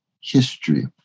history